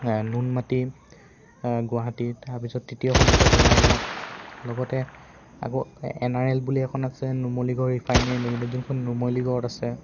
নুনমাটি গুৱাহাটী তাৰপিছত তৃতীয়খন আছে বঙাইগাঁৱত লগতে আকৌ এন আৰ এল বুলি এখন আছে নুমলীগড় ৰিফাইনেৰি লিমিটেড যোনখন নুমলিগড়ত আছে